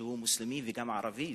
שהוא מוסלמי וגם ערבי.